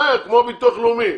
כמו ביטוח לאומי,